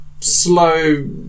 slow